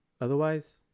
Otherwise